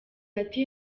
ati